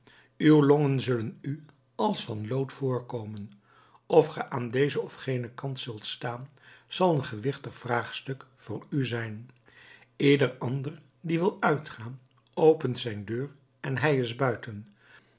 uw longen zullen u als van lood voorkomen of ge aan dezen of genen kant zult gaan zal een gewichtig vraagstuk voor u zijn ieder ander die wil uitgaan opent zijn deur en hij is buiten